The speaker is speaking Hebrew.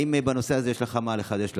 האם בנושא הזה יש לך מה לחדש לנו?